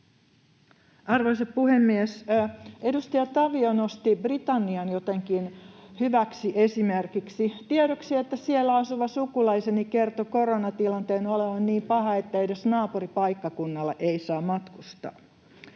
Arvoisa puhemies! Edustaja Tavio nosti Britannian jotenkin hyväksi esimerkiksi. Tiedoksi, että siellä asuva sukulaiseni kertoi koronatilanteen olevan niin paha, että edes naapuripaikkakunnalle ei saa matkustaa.